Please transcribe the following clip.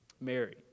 Mary